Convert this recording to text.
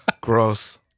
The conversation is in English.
gross